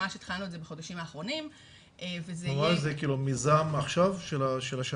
ממש התחלנו את זה בחודשים האחרונים --- זה מיזם של השנה?